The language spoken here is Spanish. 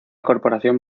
corporación